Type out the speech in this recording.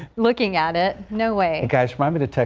looking at it no way guys by minute